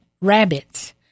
rabbits